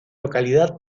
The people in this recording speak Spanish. localidad